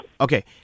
Okay